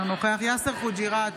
אינו נוכח יאסר חוג'יראת,